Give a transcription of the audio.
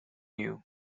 you